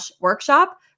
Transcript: workshop